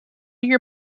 your